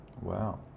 Wow